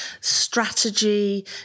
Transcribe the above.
strategy